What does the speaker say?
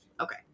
Okay